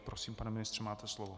Prosím, pane ministře, máte slovo.